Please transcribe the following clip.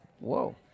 Whoa